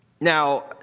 Now